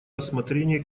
рассмотрении